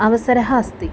अवसरः अस्ति